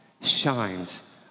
shines